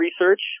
research